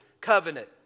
covenant